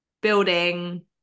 building